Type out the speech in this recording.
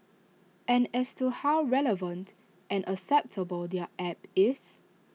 and as to how relevant and acceptable their app is